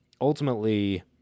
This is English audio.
ultimately